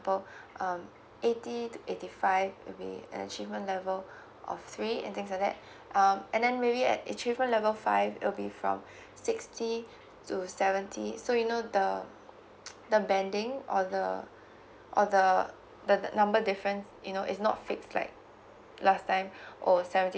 um eighty to eighty five will be an achievement level of three and things like that um and then maybe at achievement level five it'll be from sixty to seventy so you know the the bending or the or the the number different you know is not fixed like last time oh seventy